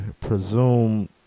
presume